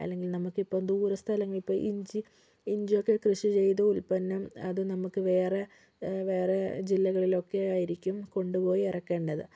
അല്ലെങ്കിൽ നമുക്കിപ്പോൾ ദൂരസ്ഥലങ്ങളിൽ ഇപ്പോൾ ഇഞ്ചി ഇഞ്ചിയൊക്കെ കൃഷി ചെയ്ത് ഉത്പ്പന്നം അത് നമുക്ക് വേറെ വേറെ ജില്ലകളിൽ ഒക്കെ ആയിരിക്കും കൊണ്ടു പോയി ഇറക്കേണ്ടത്